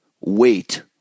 wait